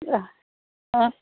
അ ആ